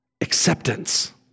Acceptance